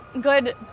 good